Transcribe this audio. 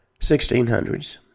1600s